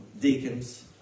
deacons